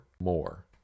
more